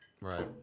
Right